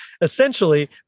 essentially